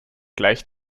gleich